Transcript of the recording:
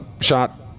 shot